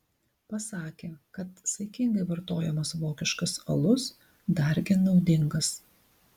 pasakė kad saikingai vartojamas vokiškas alus dargi naudingas